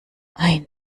ein